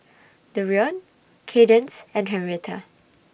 Dereon Kadence and Henretta